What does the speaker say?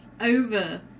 over